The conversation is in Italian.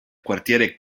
quartiere